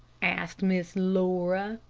asked miss laura.